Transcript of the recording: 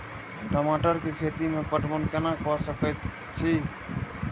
टमाटर कै खैती में पटवन कैना क सके छी?